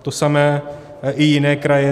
To samé i jiné kraje.